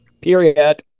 Period